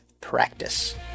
practice